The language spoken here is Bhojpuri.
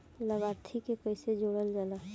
लभार्थी के कइसे जोड़ल जाला?